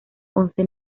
once